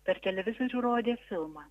per televizorių rodė filmą